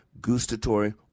gustatory